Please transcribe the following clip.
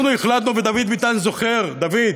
אנחנו החלטנו, ודוד ביטן זוכר, דוד,